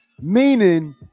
meaning